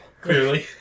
Clearly